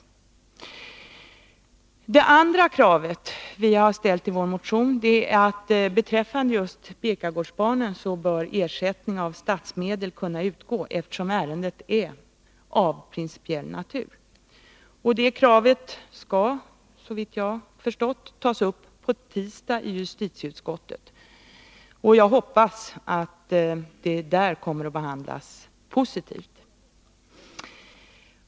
Det andra krav som vi ställt i vår motion är att en ersättning av statsmedel skall kunna utgå till Birkagårdsbarnen, eftersom ärendet är av principiell natur. Det kravet skall, såvitt jag förstått, tas upp i justitieutskottet på tisdag, och jag hoppas att det där kommer att behandlas positivt.